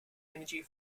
energy